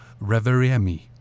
Reveriemi